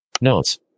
Notes